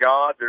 God